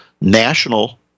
national